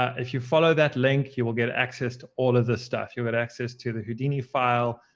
ah if you follow that link, you will get access to all of this stuff. you'll get access to the houdini file,